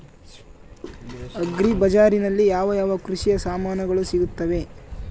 Agri ಬಜಾರಿನಲ್ಲಿ ಯಾವ ಯಾವ ಕೃಷಿಯ ಸಾಮಾನುಗಳು ಸಿಗುತ್ತವೆ?